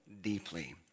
deeply